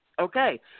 okay